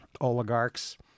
oligarchs